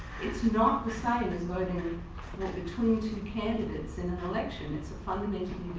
it's not the same as voting between two candidates in an election. it's um an